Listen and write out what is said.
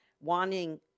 wanting